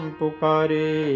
pukare